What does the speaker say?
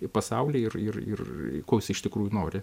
į pasaulį ir ir ir ko jis iš tikrųjų nori